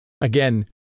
Again